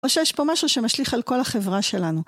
או שיש פה משהו שמשליך על כל החברה שלנו.